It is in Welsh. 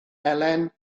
elen